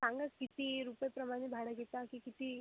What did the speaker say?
सांगा किती रुपये प्रमाणे भाडं घेता की किती